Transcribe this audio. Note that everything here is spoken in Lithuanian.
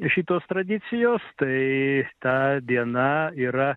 šitos tradicijos tai ta diena yra